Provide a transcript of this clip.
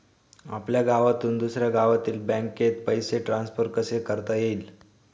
आपल्या गावातून दुसऱ्या गावातील बँकेत पैसे ट्रान्सफर कसे करता येतील?